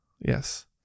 yes